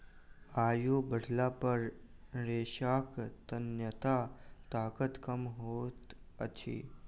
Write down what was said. आयु बढ़ला पर रेशाक तन्यता ताकत कम होइत अछि